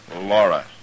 Laura